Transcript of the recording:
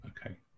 Okay